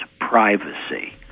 privacy